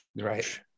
right